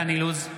(קורא בשמות חברי הכנסת) דן אילוז,